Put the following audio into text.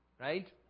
right